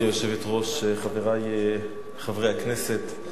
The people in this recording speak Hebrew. גברתי היושבת-ראש, חברי חברי הכנסת,